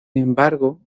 embargo